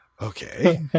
Okay